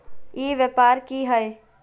ई व्यापार की हाय?